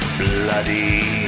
bloody